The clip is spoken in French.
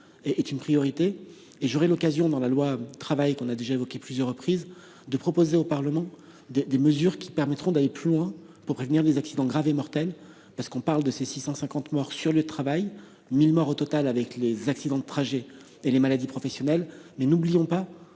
une priorité. J'aurai l'occasion, dans la loi Travail que nous avons déjà évoquée à plusieurs reprises, de proposer au Parlement des mesures qui permettront d'aller plus loin pour prévenir les accidents graves et mortels. Je le rappelle, nous parlons de 650 morts sur leur lieu de travail et de 1 000 morts au total avec les accidents de trajet et les maladies professionnelles. Mais n'oublions pas